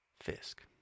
Fisk